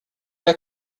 der